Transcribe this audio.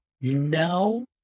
No